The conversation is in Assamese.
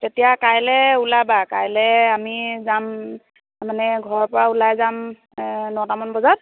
এতিয়া কাইলৈ ওলাবা কাইলৈ আমি যাম মানে ঘৰৰপৰা ওলাই যাম নটামান বজাত